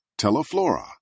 Teleflora